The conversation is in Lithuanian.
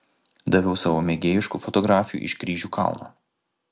daviau savo mėgėjiškų fotografijų iš kryžių kalno